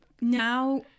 Now